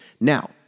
Now